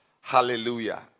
Hallelujah